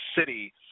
city